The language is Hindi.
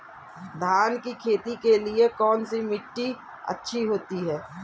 धान की खेती के लिए कौनसी मिट्टी अच्छी होती है?